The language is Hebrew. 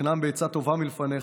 ותקנם בעצה טובה מלפניך.